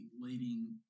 leading